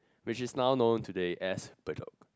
which is now known today as Bedok